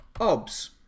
OBS